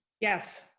yes.